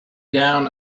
down